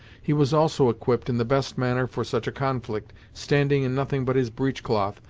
he was also equipped in the best manner for such a conflict, standing in nothing but his breech-cloth,